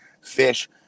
fish